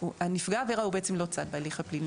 --- נפגע העבירה הוא בעצם לא צד בהליך הפלילי.